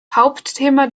hauptthema